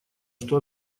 что